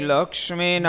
Lakshmi